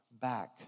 back